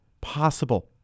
possible